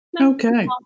Okay